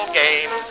game